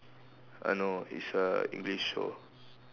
uh no it's a English show